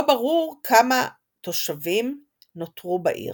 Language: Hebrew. לא ברור כמה תושבים נותרו בעיר.